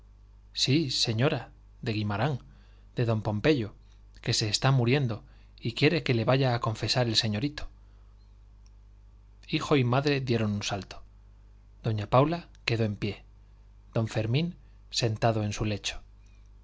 sí señora de guimarán de don pompeyo que se está muriendo y quiere que le vaya a confesar el señorito hijo y madre dieron un salto doña paula quedó en pie don fermín sentado en su lecho